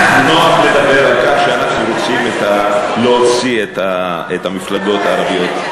לךְ נוח לדבר על כך שאנחנו רוצים להוציא את המפלגות הערביות.